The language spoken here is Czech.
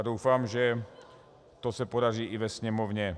Doufám, že se to podaří i ve Sněmovně.